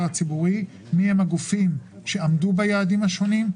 הציבורי לגבי מי הם הגופים שעמדו ביעדים השונים,